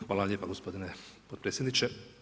Hvala lijepa gospodine potpredsjedniče.